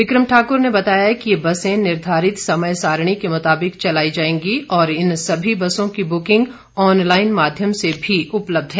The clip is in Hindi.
बिक्रम ठाकुर ने बताया कि ये बसें निर्धारित समय सारिणी के मुताबिक चलाई जाएंगी और इन सभी बसों की बुकिंग ऑनलाईन माध्यम से भी उपलब्ध हैं